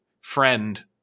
friend